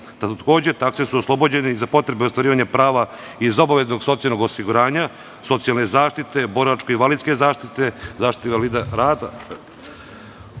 Takođe, takse su oslobođene za potrebe ostvarivanja prava iz obaveznog socijalnog osiguranja, socijalne zaštite, boračke i invalidske zaštite, zaštite invalida rada,